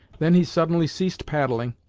then he suddenly ceased paddling,